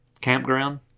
campground